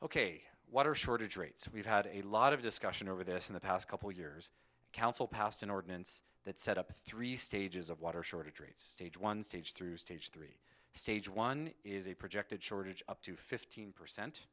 ok water shortage rates we've had a lot of discussion over this in the past couple of years council passed an ordinance that set up a three stages of water shortage rate stage one stage through stage three stage one is a projected shortage up to fifteen percent